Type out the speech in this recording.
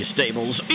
Stables